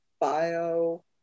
bio